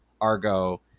Argo